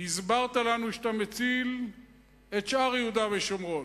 הסברת לנו שאתה מציל את שאר יהודה ושומרון,